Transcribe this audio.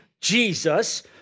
Jesus